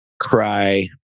cry